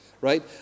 right